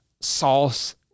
sauce